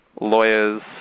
lawyers